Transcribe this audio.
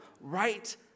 right